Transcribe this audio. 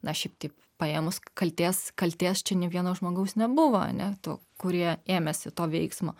na šiaip taip paėmus kaltės kaltės čia nė vieno žmogaus nebuvo ane tų kurie ėmėsi to veiksmo